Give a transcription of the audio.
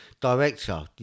director